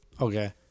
Okay